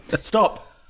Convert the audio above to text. Stop